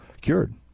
cured